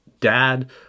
dad